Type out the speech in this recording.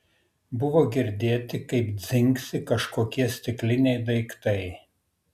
buvo girdėti kaip dzingsi kažkokie stikliniai daiktai